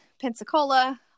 Pensacola